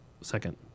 second